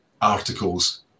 articles